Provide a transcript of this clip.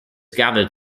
gathered